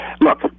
Look